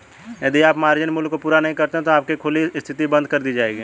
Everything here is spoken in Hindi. यदि आप मार्जिन मूल्य को पूरा नहीं करते हैं तो आपकी खुली स्थिति बंद कर दी जाएगी